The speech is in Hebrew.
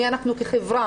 מי אנחנו כחברה.